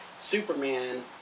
Superman